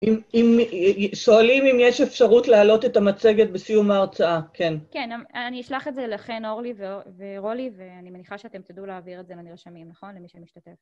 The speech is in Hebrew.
אם אם, שואלים אם יש אפשרות להעלות את המצגת בסיום ההרצאה, כן. כן, אני אשלח את זה לחן, אורלי ורולי, ואני מניחה שאתם תדעו להעביר את זה לנרשמים, נכון? למי שמשתתף.